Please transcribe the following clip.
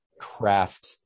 craft